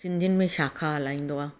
सिंधियुनि में शाखा हलाईंदो आहे